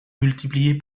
multiplié